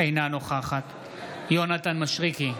אינה נוכחת יונתן מישרקי,